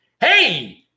hey